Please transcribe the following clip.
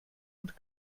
und